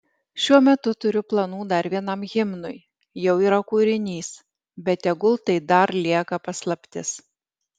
šiuo metu turiu planų dar vienam himnui jau yra kūrinys bet tegul tai dar lieka paslaptis